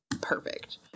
perfect